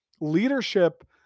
Leadership